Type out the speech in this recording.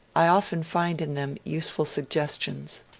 i often find in them useful suggestions.